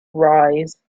rise